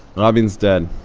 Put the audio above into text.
rabin's dead.